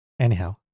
anyhow